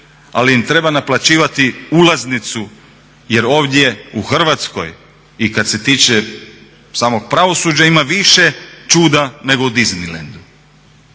ali im treba naplaćivati ulaznicu jer ovdje u Hrvatskoj i kada se tiče samog pravosuđa ima više čuda nego u Disneylandu.